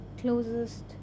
closest